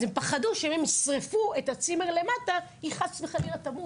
אז הם פחדו שאם הם ישרפו את הצימר למטה היא חס וחלילה תמות".